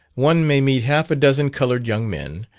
one may meet half a dozen coloured young men,